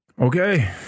Okay